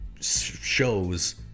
shows